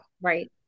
Right